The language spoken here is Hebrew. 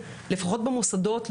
לפחות במוסדות,